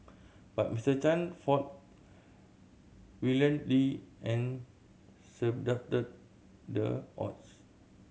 but Mr Chan fought valiantly and the the odds